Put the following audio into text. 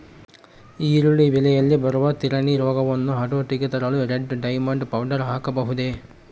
ಈರುಳ್ಳಿ ಬೆಳೆಯಲ್ಲಿ ಬರುವ ತಿರಣಿ ರೋಗವನ್ನು ಹತೋಟಿಗೆ ತರಲು ರೆಡ್ ಡೈಮಂಡ್ ಪೌಡರ್ ಹಾಕಬಹುದೇ?